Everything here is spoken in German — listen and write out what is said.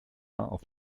auf